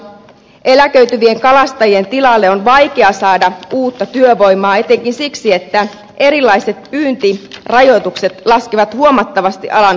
eläköityvien kalastajien tilalle on vaikea saada uutta työvoimaa etenkin siksi että erilaiset pyyntirajoitukset laskevat huomattavasti alan houkuttelevuutta